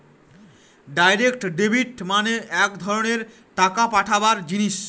direct debit মানে এক ধরনের টাকা পাঠাবার জিনিস